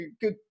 Good